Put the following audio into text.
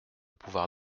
pouvoir